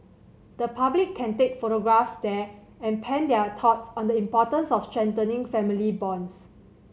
the public can take photographs there and pen their thoughts on the importance of strengthening family bonds